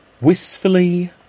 wistfully